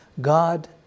God